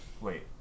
wait